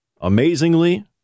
Amazingly